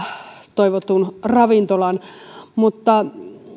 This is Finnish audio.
toivotun ravintolan mutta